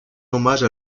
hommage